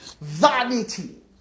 Vanity